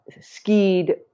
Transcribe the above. skied